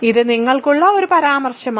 ഇത് നിങ്ങൾക്കുള്ള ഒരു പരാമർശമാണ്